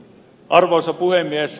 arvoisa puhemies